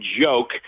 joke